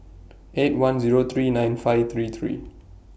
eight one Zero three nine five three three